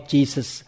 Jesus